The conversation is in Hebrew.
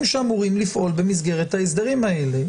שאמורים לפעול במסגרת ההסדרים האלה,